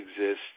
exist